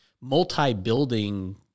multi-building